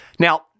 Now